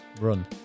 run